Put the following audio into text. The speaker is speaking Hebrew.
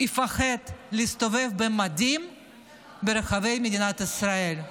יפחד להסתובב במדים ברחבי מדינת ישראל.